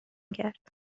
کرد